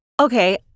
Okay